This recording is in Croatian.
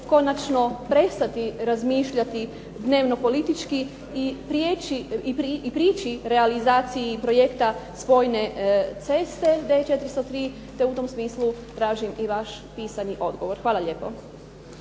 konačno prestati razmišljati dnevnopolitički i prići realizaciji projekta spojne ceste D403, te u tom smislu tražim i vaš pisani odgovor. Hvala lijepo.